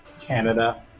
Canada